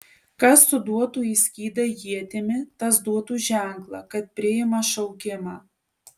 kas suduotų į skydą ietimi tas duotų ženklą kad priima šaukimą